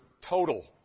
total